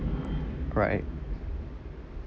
right